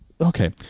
okay